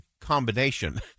combination